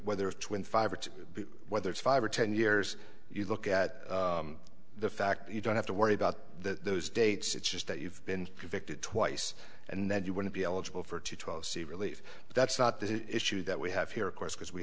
two whether it's five or ten years you look at the fact you don't have to worry about the dates it's just that you've been convicted twice and then you wouldn't be eligible for twelve c relief that's not the issue that we have here of course because we